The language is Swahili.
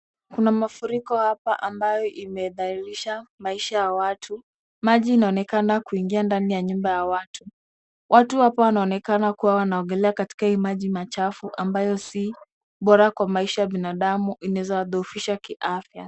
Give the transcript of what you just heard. Kuna mafuriko hapa ambayo imedhahilisha, maisha ya watu. Maji inaonekana kuingia ndani ya nyumba ya watu. Watu hapa wanaonekana kuwa wanaogelea katika hii maji machafu ambayo si bora kwa maisha ya binadamu, inaweza wadhoofisha kiafya.